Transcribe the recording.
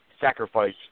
sacrifice